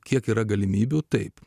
kiek yra galimybių taip